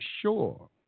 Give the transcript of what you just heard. sure